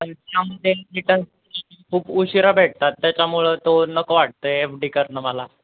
त्यामध्ये रिटर्न खूप उशिरा भेटतात त्याच्यामुळं तो नको वाटतंय एफ डी करणं मला